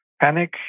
panic